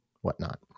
whatnot